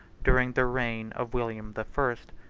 during the reign of william the first,